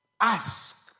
ask